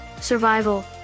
survival